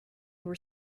were